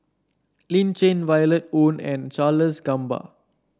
Lin Chen Violet Oon and Charles Gamba